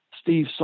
Steve